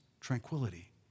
Tranquility